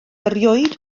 erioed